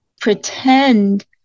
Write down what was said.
pretend